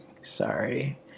Sorry